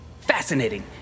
Fascinating